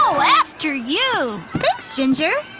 oh, after you. thanks ginger.